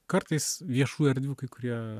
kartais viešų erdvių kai kurie